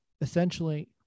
Essentially